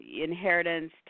inheritance